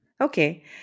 Okay